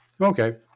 Okay